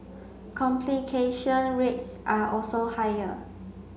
complication rates are also higher